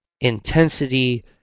intensity